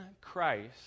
Christ